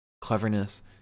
cleverness